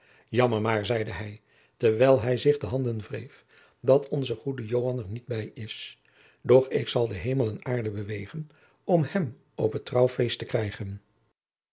jammer maar zeide hij terwijl hij zich de handen wreef dat onze goede joan er niet bij is doch ik zal hemel en aarde bewegen om hem op het trouwfeest te krijgen